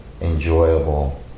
enjoyable